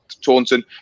taunton